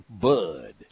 Bud